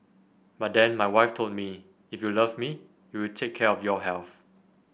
but then my wife told me if you love me you will take care of your health